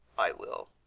i will.